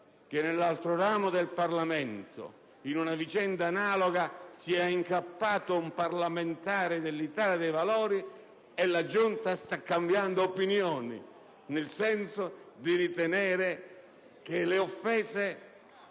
che nell'altro ramo del Parlamento in una vicenda analoga sia incappato un parlamentare dell'Italia dei Valori e la Giunta stia cambiando opinione, nel senso di ritenere che le offese